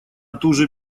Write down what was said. туже